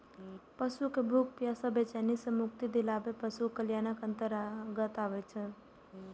पशु कें भूख, प्यास आ बेचैनी सं मुक्ति दियाएब पशु कल्याणक अंतर्गत आबै छै